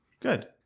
Good